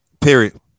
Period